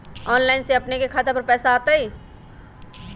Online से अपने के खाता पर पैसा आ तई?